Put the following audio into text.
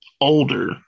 older